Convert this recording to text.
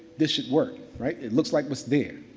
this should work, right? it looks like what's there.